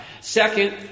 Second